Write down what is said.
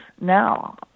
now